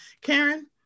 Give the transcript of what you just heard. Karen